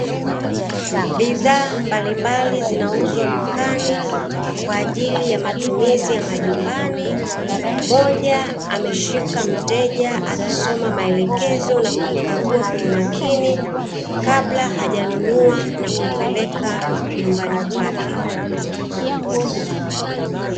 Bidhaa mbalimbali zinauzwa dukani kwa ajili ya matumizi ya majumbani, moja ameshika mteja akisoma maelekezo na akiikagua kwa makini kabla hajanunua na kuipeleka nyumbani kwake.